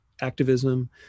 activism